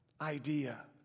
idea